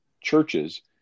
churches